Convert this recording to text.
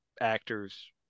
actors